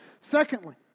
Secondly